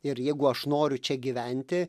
ir jeigu aš noriu čia gyventi